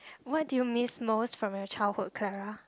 what do you miss most from your childhood Claira